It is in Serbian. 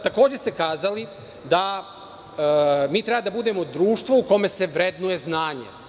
Takođe ste kazali da mi treba da budemo društvo u kome se vrednuje znanje.